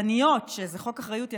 היצרניות, שזה חוק אחריות יצרן,